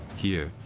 here,